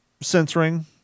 censoring